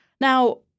Now